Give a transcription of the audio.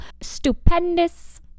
stupendous